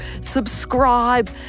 subscribe